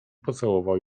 pocałował